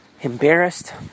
embarrassed